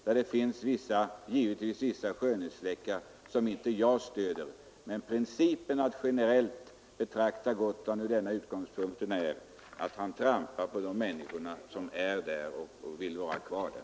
Där finns givetvis en del skönhetsfläckar, men herr Hallgrens generella betraktelsesätt innebär att han trampar på de människor som bor på Gotland och vill stanna kvar där.